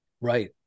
Right